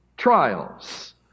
trials